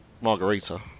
margarita